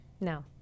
No